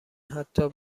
حتا